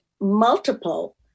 multiple